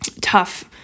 tough